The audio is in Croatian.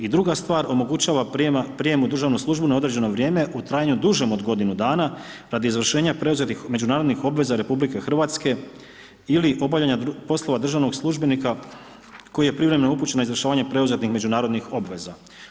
I druga stvar, omogućava prijem u državnu službu na određeno vrijeme u trajanju dužem od godinu dana radi izvršenja preuzetih međunarodnih obveza RH ili obavljanja poslova državnog službenika koji je privremeno upućen na izvršavanje preuzetih međunarodnih obveza.